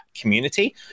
community